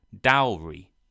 Dowry